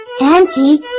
Auntie